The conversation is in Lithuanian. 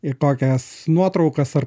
į kokias nuotraukas ar